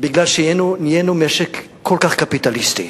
כי נהיינו משק כל כך קפיטליסטי,